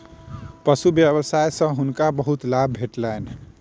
पशु व्यवसाय सॅ हुनका बहुत लाभ भेटलैन